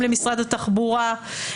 למשרד התחבורה,